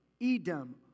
Edom